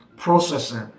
processing